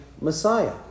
Messiah